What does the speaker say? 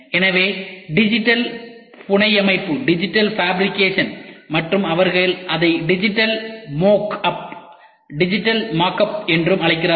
அடுத்தது டிஜிட்டல் புனையமைப்பு மற்றும் அவர்கள் அதை டிஜிட்டல் மோக் அப் என்றும் அழைக்கிறார்கள்